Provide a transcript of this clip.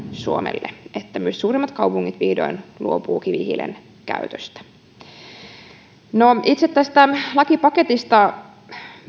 suomelle että myös suurimmat kaupungit vihdoin luopuvat kivihiilen käytöstä itse tästä lakipaketista